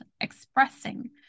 expressing